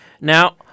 Now